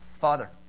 Father